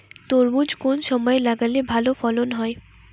তরমুজ কোন সময় লাগালে ভালো ফলন হয়?